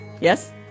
Yes